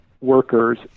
workers